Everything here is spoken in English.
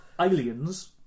Aliens